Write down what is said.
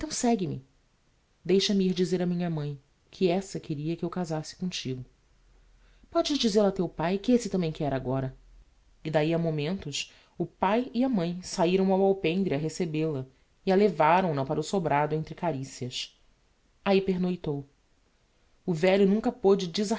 segue-me deixa-me ir dizer a minha mãi que essa queria que eu casasse comtigo podes dizel-o a teu pai que esse tambem quer agora e d'ahi a momentos o pai e a mãi sahiram ao alpendre a recebel-a e levaram na para o sobrado entre caricias ahi pernoitou o velho nunca pôde